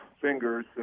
fingers